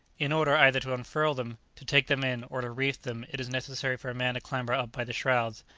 in order either to unfurl them, to take them in, or to reef them, it is necessary for a man to clamber up by the shrouds,